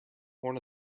horn